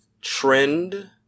trend